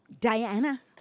diana